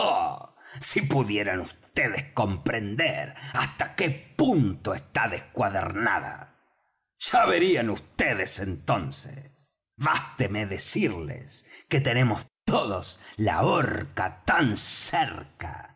si pudieran vds comprender hasta qué punto está descuadernada ya verían vds entonces básteme decirles que tenemos todos la horca tan cerca